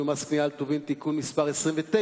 ומס קנייה על טובין (הוראת שעה) (מס' 2),